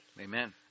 Amen